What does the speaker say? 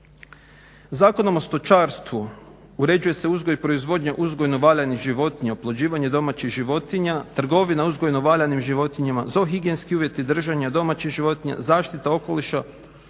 Zakonom o stočarstvu uređuje se uzgoj i proizvodnja uzgojno-valjanih životinja, oplođivanje domaćih životinja, trgovina uzgojno-valjanim životinjama, ZOO higijenski uvjeti držanja domaćih životinja, zaštita okoliša